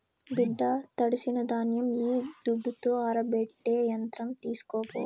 బిడ్డా తడిసిన ధాన్యం ఈ దుడ్డుతో ఆరబెట్టే యంత్రం తీస్కోపో